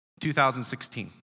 2016